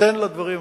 תינתן לדברים האלה.